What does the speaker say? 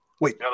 Wait